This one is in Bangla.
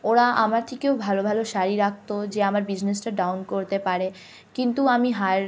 ওরা আমার থেকেও ভালো ভালো শাড়ি রাখত যে আমার বিজনেসটা ডাউন করতে পারে কিন্তু আমি হার